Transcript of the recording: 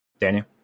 Daniel